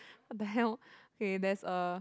!what the hell! K there's a